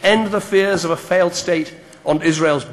יש רוב גדול שמאמין שעתיד מדינת ישראל תלוי